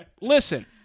Listen